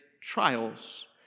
trials